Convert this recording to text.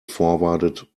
forwarded